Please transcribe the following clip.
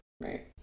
right